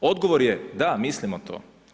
Odgovor je da, mislimo to.